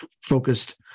focused